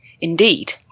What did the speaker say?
indeed